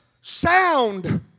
sound